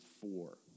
four